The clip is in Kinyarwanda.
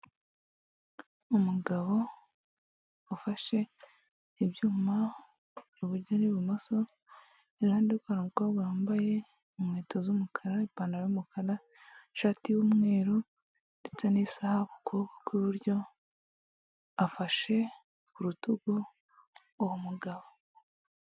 Umugabo ufashe ibyuma iburyo n'ibumoso, iruhande rwe hari umukobwa wambaye inkweto z'umukara, ipantaro y'umukara, ishati y'umweru ndetse n'isaha ku kuboko kw'iburyo, afashe ku rutugu uwo mugabo.